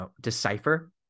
decipher